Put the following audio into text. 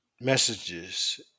messages